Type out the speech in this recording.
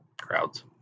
Crowds